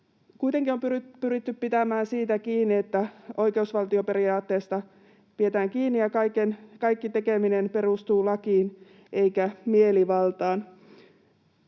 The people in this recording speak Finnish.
Kuitenkin on pyritty pitämään siitä kiinni, että oikeusvaltioperiaatteesta pidetään kiinni ja kaikki tekeminen perustuu lakiin eikä mielivaltaan.